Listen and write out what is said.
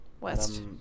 West